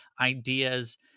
ideas